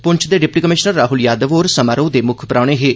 पुंछ दे deputy commissioner Rahul Yadav होर समारोह दे मुक्ख परौह्ने हे